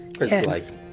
Yes